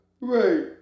Right